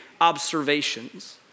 observations